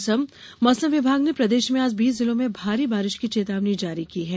मौसम मौसम विभाग ने प्रदेश में आज बीस जिलों में भारी बारिश की चेतावनी जारी की है